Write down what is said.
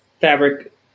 fabric